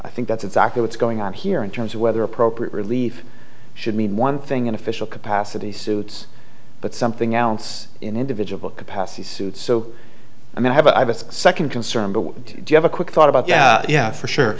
i think that's exactly what's going on here in terms of whether appropriate relief should mean one thing in official capacity suits but something else in individual capacity suit so i mean i have a second concern but do you have a quick thought about yeah yeah for sure